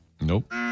Nope